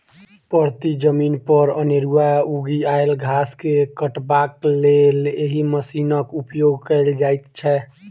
परती जमीन पर अनेरूआ उगि आयल घास के काटबाक लेल एहि मशीनक उपयोग कयल जाइत छै